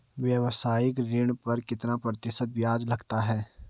व्यावसायिक ऋण पर कितना प्रतिशत ब्याज लगता है?